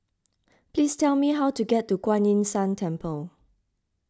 please tell me how to get to Kuan Yin San Temple